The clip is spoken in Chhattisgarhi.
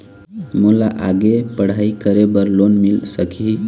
मोला आगे पढ़ई करे बर लोन मिल सकही?